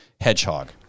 hedgehog